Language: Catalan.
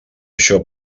això